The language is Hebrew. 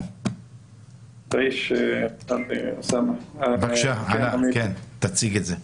בבקשה, עלא, תציג את זה.